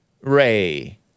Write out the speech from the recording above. ray